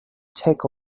take